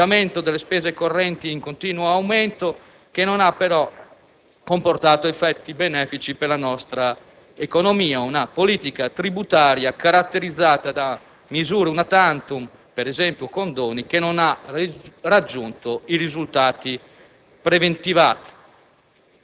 un andamento delle spese correnti in continuo aumento, che non ha però comportato effetti benefici sulla nostra economia; una politica tributaria caratterizzata da misure *una* *tantum* (ad esempio condoni) che non ha raggiunto i risultati preventivati.